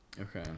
Okay